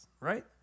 right